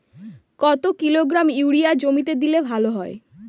কত kilogram urea জমিতে দিলে ভালো হয়?